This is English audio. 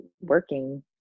working